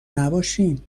نباشین